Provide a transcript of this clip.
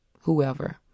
whoever